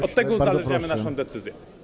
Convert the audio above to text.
Od tego uzależniamy naszą decyzję.